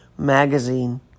Magazine